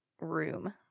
room